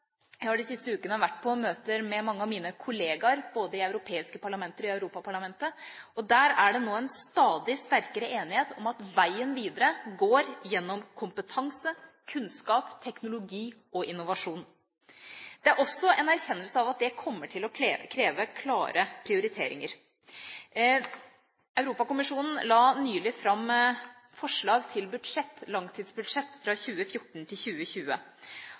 Jeg har de siste ukene vært på møter med mange av mine kollegaer både i europeiske parlamenter og i Europaparlamentet. Der er det nå en stadig sterkere enighet om at veien videre går gjennom kompetanse, kunnskap, teknologi og innovasjon. Det er også en erkjennelse av at det kommer til å kreve klare prioriteringer. Europakommisjonen la nylig fram forslag til langtidsbudsjett, fra 2014 til 2020.